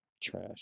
Trash